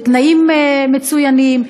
בתנאים מצוינים,